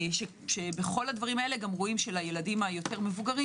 שבכל הדברים האלה רואים שלילדים היותר מבוגרים